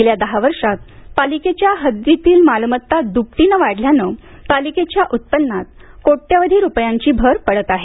गेल्या दहा वर्षात पालिकेच्या हद्दीतील मालमत्ता दुपटीनं वाढल्यानं पालिकेच्या उत्पन्नात कोट्यावधी रुपयांची भर पडत आहे